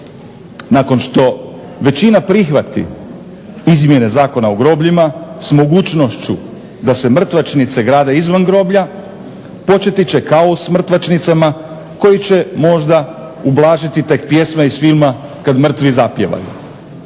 Nakon što većina prihvati izmjene Zakona o grobljima s mogućnošću da se mrtvačnice grade izvan groblja početi će kaos u mrtvačnicama koji će možda ublažiti tek pjesma iz filma "Kad mrtvi zapjevaju".